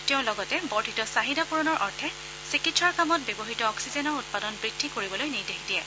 তেওঁ লগতে বৰ্দ্ধিত চাহিদা পুৰণৰ অৰ্থে চিকিৎসাৰ কামত ব্যৱহৃত অক্সিজেনৰ উৎপাদন বুদ্ধি কৰিবলৈ নিৰ্দেশ দিয়ে